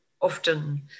often